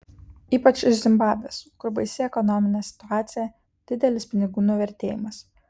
ypač iš zimbabvės kur baisi ekonominė situacija didelis pinigų nuvertėjimas